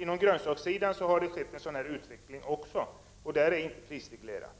Även när det gäller grönsaker har det skett en sådan utveckling, och det området är inte prisreglerat.